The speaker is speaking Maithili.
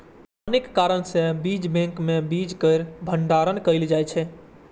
अनेक कारण सं बीज बैंक मे बीज केर भंडारण कैल जाइ छै